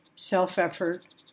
Self-effort